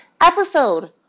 episode